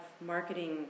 marketing